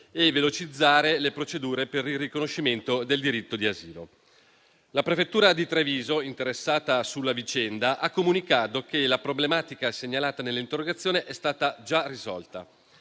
e velocizzare le procedure per il riconoscimento del diritto di asilo. La prefettura di Treviso, interessata sulla vicenda, ha comunicato che la problematica segnalata nell'interrogazione è stata già risolta.